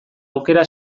aukera